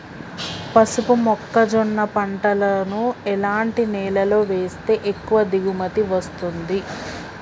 పసుపు మొక్క జొన్న పంటలను ఎలాంటి నేలలో వేస్తే ఎక్కువ దిగుమతి వస్తుంది?